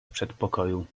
przedpokoju